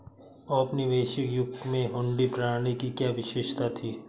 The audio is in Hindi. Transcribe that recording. औपनिवेशिक युग में हुंडी प्रणाली की क्या विशेषता थी?